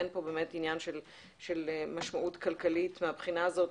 אין פה עניין של משמעות כלכלית מהבחינה הזאת,